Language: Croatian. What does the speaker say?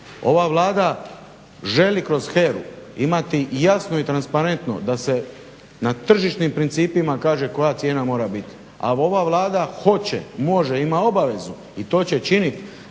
Ova Vlada želi kroz HERA-u imati jasnu i transparentu da se na tržišnim principima kaže koja cijena mora biti, ali ova Vlada hoće, može, ima obavezu i to će činiti